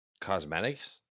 cosmetics